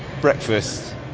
breakfast